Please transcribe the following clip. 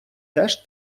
теж